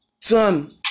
done